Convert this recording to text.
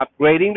upgrading